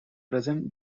present